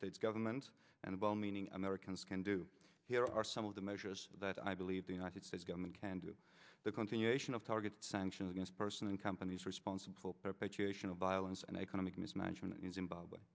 states government and well meaning americans can do here are some of the measures that i believe the united states government can do the continuation of targeted sanctions against person and companies responsible perpetuation of violence and economic mismanagement usin